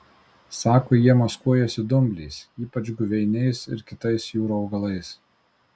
sako jie maskuojasi dumbliais ypač guveiniais ir kitais jūrų augalais